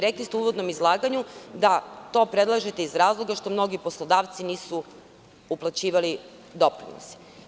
Rekli ste u uvodnom izlaganju da to predlažete iz razloga što mnogi poslodavci nisu uplaćivali doprinose.